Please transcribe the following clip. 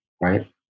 right